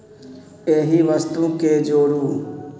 एहि वस्तु के जोड़ू